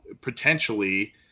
potentially